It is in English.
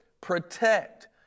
protect